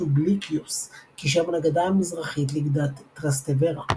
סובליקיוס קישר בין הגדה המזרחית לגדת טרסטוורה.